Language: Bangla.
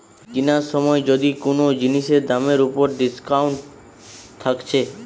কিনার সময় যদি কুনো জিনিসের দামের উপর ডিসকাউন্ট থাকছে